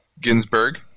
Ginsburg